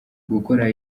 gukora